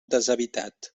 deshabitat